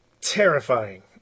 terrifying